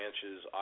Branches